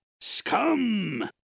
Scum